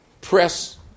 press